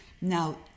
Now